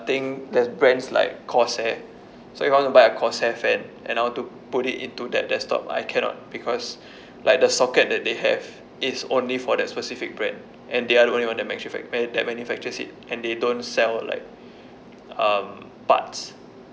think there's brands like Corsair so you want to buy a Corsair fan and I want to put it into that desktop I cannot because like the socket that they have it's only for that specific brand and they are the only one that manufa~ that manufactures it and they don't sell like um parts